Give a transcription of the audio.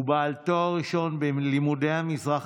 הוא בעל תואר ראשון בלימודי המזרח